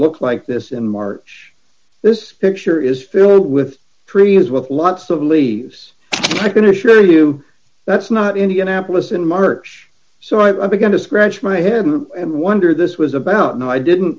look like this in march this picture is filled with creams with lots of leaves i can assure you that's not indianapolis in march so i began to scratch my head and wonder this was about no i didn't